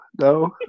No